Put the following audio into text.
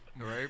right